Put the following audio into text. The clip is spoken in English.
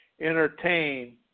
entertain